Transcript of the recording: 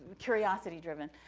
um curiosity-driven.